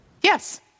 Yes